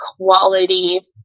quality